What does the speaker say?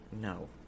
no